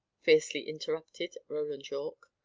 fiercely interrupted roland yorke.